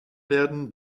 werden